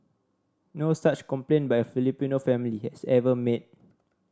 no such complaint by Filipino family has ever made